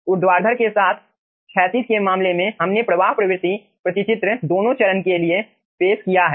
ऊर्ध्वाधर के साथ साथ क्षैतिज के मामले में हमने प्रवाह प्रवृत्ति प्रतिचित्र दोनों चरण के लिए पेश किया है